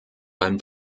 beim